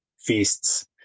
feasts